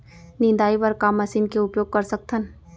निंदाई बर का मशीन के उपयोग कर सकथन?